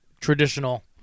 traditional